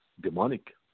demonic